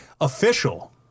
official